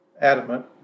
adamant